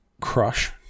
crush